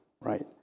right